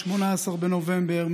18 בנובמבר,